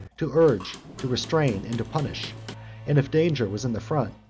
to urge, to restrain, and to punish and if danger was in the front,